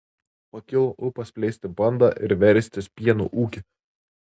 pakilo ūpas plėsti bandą ir verstis pieno ūkiu